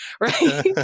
Right